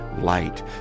light